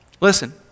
Listen